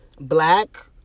black